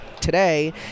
today